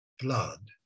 blood